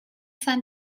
san